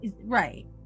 Right